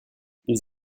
ils